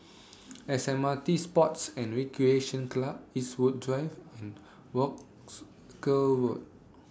S M R T Sports and Recreation Club Eastwood Drive and Wolskel Road